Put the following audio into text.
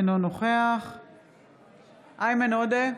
אינו נוכח איימן עודה,